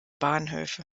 bahnhöfe